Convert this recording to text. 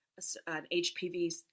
HPV